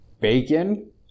bacon